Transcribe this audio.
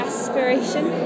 Aspiration